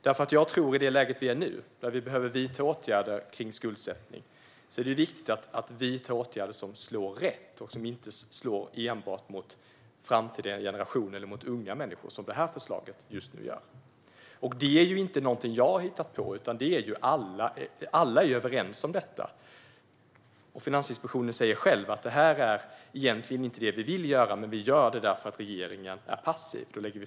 I det läge vi befinner oss nu, då vi behöver vidta åtgärder när det gäller skuldsättning, är det viktigt att dessa åtgärder slår rätt och inte enbart slår mot unga människor eller framtida generationer, som detta förslag just nu gör. Det här är inget som bara jag har hittat på, utan alla är överens om detta. Finansinspektionen säger själv att det här egentligen inte är vad den vill göra utan lägger fram förslaget för att regeringen är passiv.